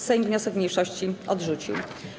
Sejm wniosek mniejszości odrzucił.